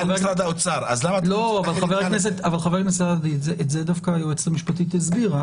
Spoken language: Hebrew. זה דווקא היועצת המשפטית הבהירה.